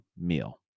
meal